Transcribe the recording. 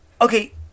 okay